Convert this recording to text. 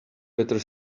better